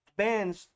bands